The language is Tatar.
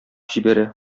җибәрә